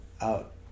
out